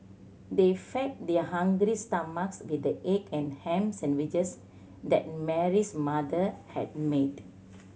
they fed their hungry stomachs with the egg and ham sandwiches that Mary's mother had made